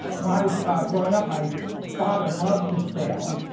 when i was growing up, my father loved to sail.